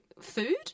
food